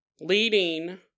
leading